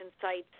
sites